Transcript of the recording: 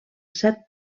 set